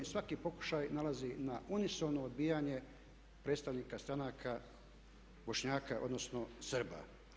Svaki pokušaj nailazi na unisono odbijanje predstavnika stranaka Bošnjaka odnosno Srba.